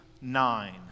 nine